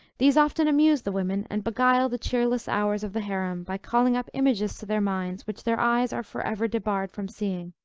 these often amuse the women, and beguile the cheerless hours of the harem, by calling up images to their minds which their eyes are forever debarred from seeing.